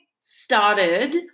started